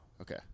Okay